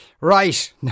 Right